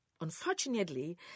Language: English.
unfortunately